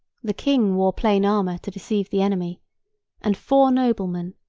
the king wore plain armour to deceive the enemy and four noblemen,